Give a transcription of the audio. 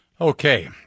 Okay